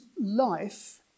life